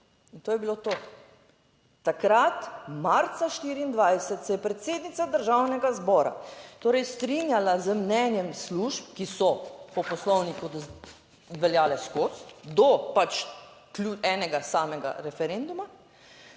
In to je bilo to. Takrat, marca 2024 se je predsednica Državnega zbora torej strinjala z mnenjem služb, ki so po Poslovniku veljale "skos", do pač enega samega referenduma